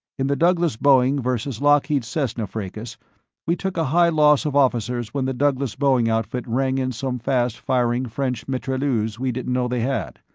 in the douglas-boeing versus lockheed-cessna fracas we took a high loss of officers when the douglas-boeing outfit rang in some fast-firing french mitrailleuse we didn't know they had.